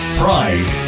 pride